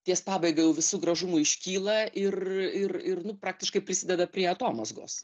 ties pabaiga jau visu gražumu iškyla ir ir ir nu praktiškai prisideda prie atomazgos